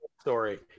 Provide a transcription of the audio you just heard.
story